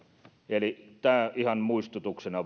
eli tämä ihan muistutuksena